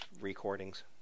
recordings